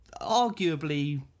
arguably